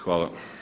Hvala.